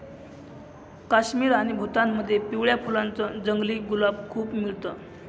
काश्मीर आणि भूतानमध्ये पिवळ्या फुलांच जंगली गुलाब खूप मिळत